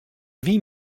wyn